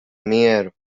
mieru